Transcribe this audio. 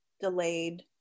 delayed